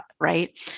right